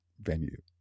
venue